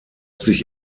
sich